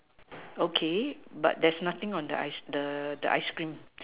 okay but there's nothing on the ice cream